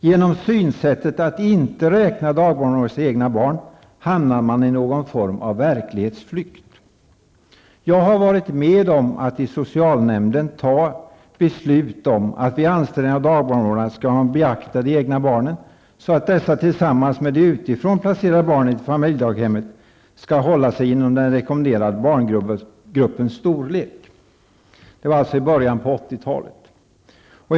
Genom att inte räkna dagbarnvårdarnas egna barn hamnar man i någon form av verklighetsflykt. Jag har varit med om att i socialnämnden fatta beslut om att man vid anställning av dagbarnvårdare skulle räkna med de egna barnen så att dessa tillsammans med de utifrån placerade barnen i familjedaghemmet skulle hålla sig inom den storlek som man rekommenderade för barngruppen. Detta var alltså i början av 1980 talet.